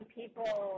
people